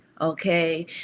okay